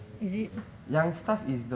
is it